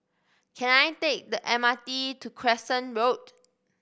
can I take the M R T to Crescent Road